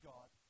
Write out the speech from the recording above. God